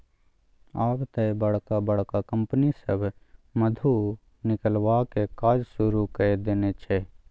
आब तए बड़का बड़का कंपनी सभ मधु निकलबाक काज शुरू कए देने छै